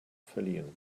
verliehen